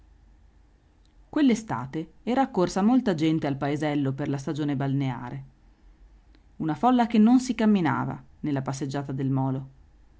quell'estate era accorsa molta gente al paesello per la stagione balneare una folla che non si camminava nella passeggiata del molo